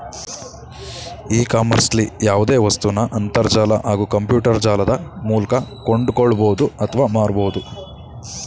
E ಕಾಮರ್ಸ್ಲಿ ಯಾವ್ದೆ ವಸ್ತುನ ಅಂತರ್ಜಾಲ ಹಾಗೂ ಕಂಪ್ಯೂಟರ್ಜಾಲದ ಮೂಲ್ಕ ಕೊಂಡ್ಕೊಳ್ಬೋದು ಅತ್ವ ಮಾರ್ಬೋದು